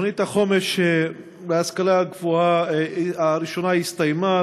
תוכנית החומש להשכלה הגבוהה הראשונה הסתיימה,